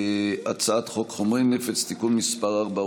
הצעת חוק חומרי נפץ (תיקון מס' 4,